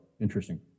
Interesting